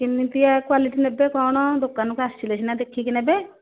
କିମିତିଆ quality ନେବେ କ'ଣ ଦୋକାନକୁ ଆସିଲେ ସିନା ଦେଖିକି ନେବେ